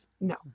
No